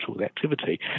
activity